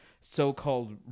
so-called